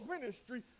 ministry